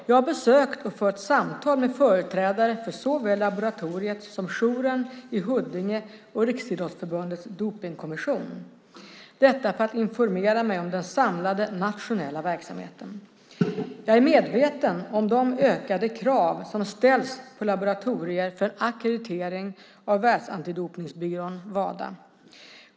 Jag har besökt och fört samtal med företrädare för såväl laboratoriet som jouren i Huddinge och Riksidrottsförbundets dopningskommission, detta för att informera mig om den samlade nationella verksamheten. Jag är medveten om de ökade krav som ställs på laboratorier för ackreditering av Världsantidopningsbyrån, Wada.